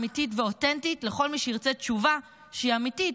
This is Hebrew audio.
אמיתית ואותנטית לכל מי שירצה תשובה שהיא אמיתית,